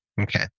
Okay